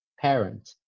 parent